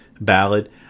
ballad